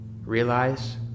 realize